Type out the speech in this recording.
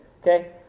Okay